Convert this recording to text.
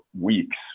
weeks